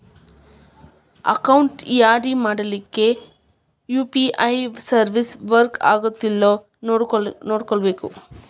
account add ಮಾಡ್ಲಿಕ್ಕೆ UPI service work ಆಗತ್ತೇಲ್ಲೋ ನೋಡ್ಕೋಬೇಕ್